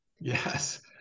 Yes